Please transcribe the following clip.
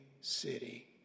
city